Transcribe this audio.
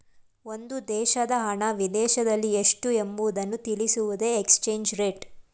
ಒಂದು ದೇಶದ ಹಣ ವಿದೇಶದಲ್ಲಿ ಎಷ್ಟು ಎಂಬುವುದನ್ನು ತಿಳಿಸುವುದೇ ಎಕ್ಸ್ಚೇಂಜ್ ರೇಟ್